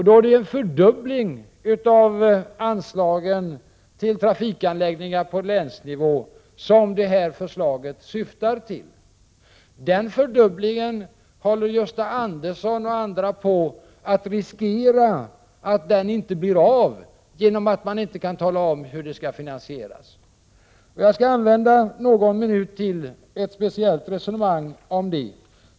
Då är det en fördubbling av anslagen till trafikanläggningar på länsnivå som detta förslag syftar till. Gösta Andersson och andra håller på att riskera att denna fördubbling inte blir av genom att man inte kan tala om hur den skall finansieras. Jag skall använda någon minut till ett speciellt resonemang om detta.